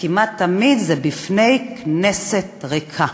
וכמעט תמיד זה לפני כנסת ריקה.